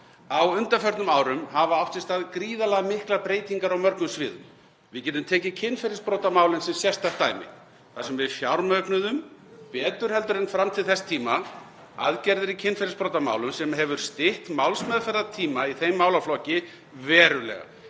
Á undanförnum árum hafa átt sér stað gríðarlega miklar breytingar á mörgum sviðum. Við getum tekið kynferðisbrotamálin sem sérstakt dæmi þar sem við fjármögnuðum betur en fram til þess tíma aðgerðir í kynferðisbrotamálum sem hefur stytt málsmeðferðartíma í þeim málaflokki verulega